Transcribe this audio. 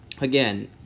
again